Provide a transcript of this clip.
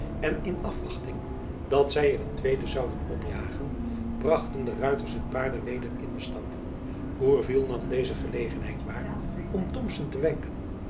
en in afwachting dat zy er een tweede zouden opjagen brachten de ruiters hun paarden weder in den stap gourville nam deze gelegenheid waar om thomson te wenken